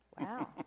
Wow